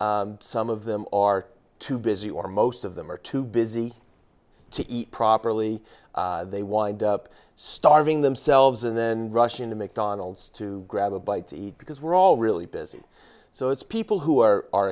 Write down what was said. some of them are too busy or most of them are too busy to eat properly they wind up starving themselves and then rushing to make donalds to grab a bite to eat because we're all really busy so it's people who are are